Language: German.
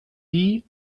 die